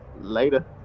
later